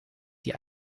die